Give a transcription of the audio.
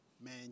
man